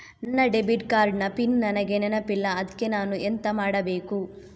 ನನ್ನ debit card ನ pin ನನಗೆ ನೆನಪಿಲ್ಲ ಅದ್ಕೆ ನಾನು ಎಂತ ಮಾಡಬೇಕು?